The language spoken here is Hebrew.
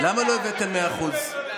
למה לא הבאתם 100%?